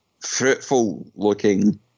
fruitful-looking